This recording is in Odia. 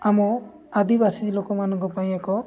ଆମ ଆଦିବାସୀ ଲୋକମାନଙ୍କ ପାଇଁ ଏକ